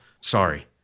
Sorry